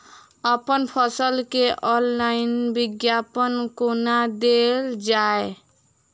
अप्पन फसल केँ ऑनलाइन विज्ञापन कोना देल जाए?